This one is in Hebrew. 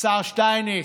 השר שטייניץ,